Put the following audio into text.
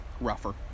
Rougher